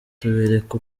tubereka